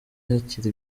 hakiri